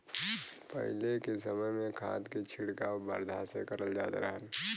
पहिले के समय में खाद के छिड़काव बरधा से करल जात रहल